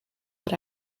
that